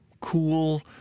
cool